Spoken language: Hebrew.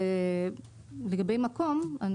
ולגבי מקום.